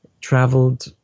traveled